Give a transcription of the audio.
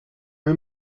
mir